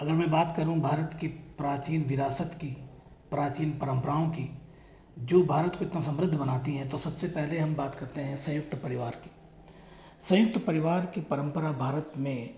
अगर में बात करूँ भारत की प्राचीन विरासत की प्राचीन परम्परायें की जो भारत को इतना समृद्ध बनाती है तो सबसे पहले हम बात करते हैं संयुक्त परिवार की संयुक्त परिवार की परम्परा भारत में